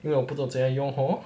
因为我不懂怎样用 hor